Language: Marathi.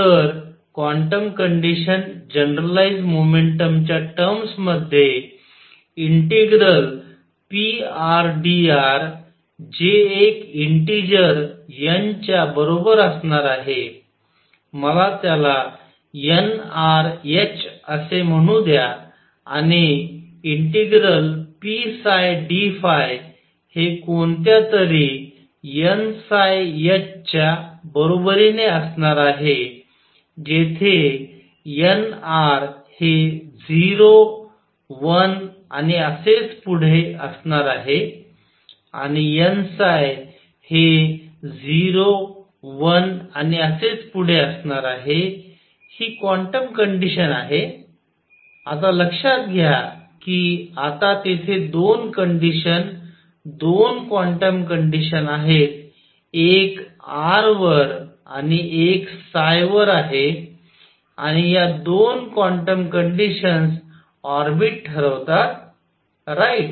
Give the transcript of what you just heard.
तर क्वांटम कंडिशन जनरलाईज्ड मोमेंटम च्या टर्म्स मध्ये ∫prdr जे एक इंटीजर n च्या बरोबर असणार आहे मला त्याला nr h असे म्हणू द्या आणि ∫pdϕ हे कोणत्यातरी nh च्या बरोबरीने असणार आहे जेथे nr हे 0 1 आणि असेच पुढे असे असणार आहे आणि n हे 0 1 आणि असेच पुढे असे असणार आहे ही क्वांटम कंडिशन आहे आता लक्षात घ्या की आता तेथे 2 कंडिशन्स 2 क्वांटम कंडिशन्स आहेत एक r वर आणि 1 वर आहे आणि या 2 क्वांटम कंडिशन्स ऑर्बिट ठरवतात राईट